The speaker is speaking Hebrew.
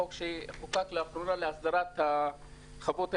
החוק שחוקק לאחרונה להסדרת החוות האלה,